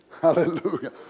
Hallelujah